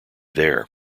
there